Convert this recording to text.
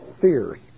fears